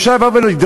אפשר לבוא ולדרוש,